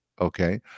okay